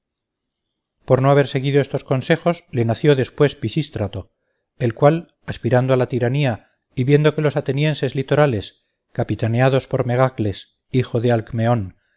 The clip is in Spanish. por no haber seguido estos consejos le nació después pisístrato el cual aspirando a la tiranía y viendo que los atenienses litorales capitaneados por megacles hijo de